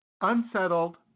unsettled